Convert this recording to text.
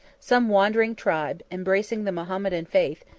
some wandering tribe, embracing the mahometan faith,